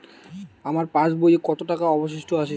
আমার পাশ বইয়ে কতো টাকা অবশিষ্ট আছে?